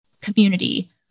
community